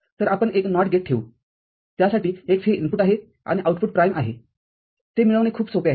तर आपण एक NOT गेट ठेवू त्यासाठी x हे इनपुट आहे आणि आऊटपुट x प्राइम आहे ते मिळवणे खूप सोपे आहे